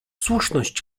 słuszność